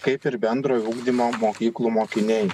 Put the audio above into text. kaip ir bendrojo ugdymo mokyklų mokiniai